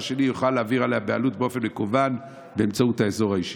השני יוכל להעביר בעלות באופן מקוון באמצעות אזור האישי?